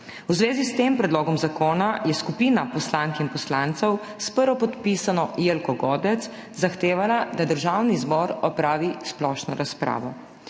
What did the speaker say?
V zvezi s tem predlogom zakona je skupina poslank in poslancev s prvopodpisano Jelko Godec zahtevala, da Državni zbor opravi splošno razpravo.